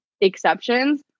exceptions